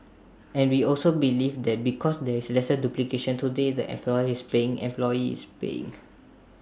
and we also believe that because there is lesser duplication today the employee is paying employee is paying